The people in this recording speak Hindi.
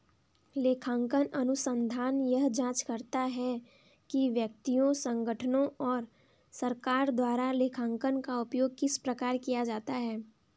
लेखांकन अनुसंधान यह जाँचता है कि व्यक्तियों संगठनों और सरकार द्वारा लेखांकन का उपयोग किस प्रकार किया जाता है